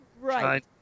Right